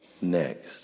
next